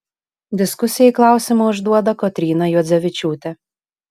diskusijai klausimą užduoda kotryna juodzevičiūtė